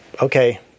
okay